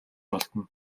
олдоно